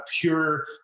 pure